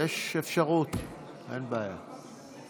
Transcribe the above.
המיקרופון עובד כאן,